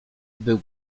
był